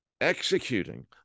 executing